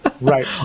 Right